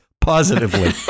positively